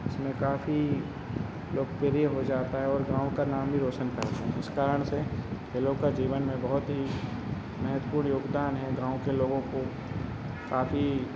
उसमें काफ़ी लोकप्रिय हो जाता है और गाँव का नाम भी रौशन करते हैं उस कारण से खेलों का जीवन में बहुत ही महत्वपूण योगदान है गाँव के लोगों को काफ़ी